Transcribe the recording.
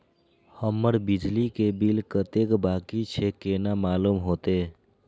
हमर बिजली के बिल कतेक बाकी छे केना मालूम होते?